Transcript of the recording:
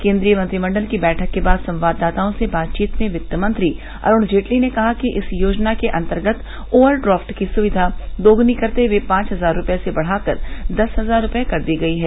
केंद्रीय मंत्रिमंडल की बैठक के बाद संवाददाताओं से बातचीत में वित्त मंत्री अरुण जेटली ने कहा कि इस योजना के अंतर्गत ओवरड्राफ्ट की सुक्धा दोगुनी करते हुए पांच हजार रुपये से बढ़ाकर दस हजार रुपये कर दी गई है